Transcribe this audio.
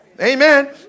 Amen